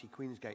Queensgate